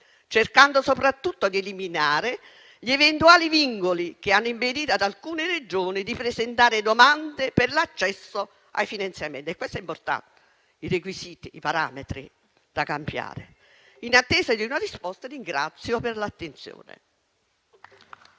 cercando soprattutto di eliminare gli eventuali vincoli che hanno impedito ad alcune Regioni di presentare domanda. Questo è importante: i requisiti e i parametri sono da cambiare. In attesa di una risposta, ringrazio per l'attenzione